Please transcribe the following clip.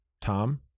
Tom